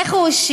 איך הוא השיב?